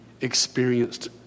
experienced